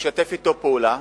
ישתף אתו פעולה,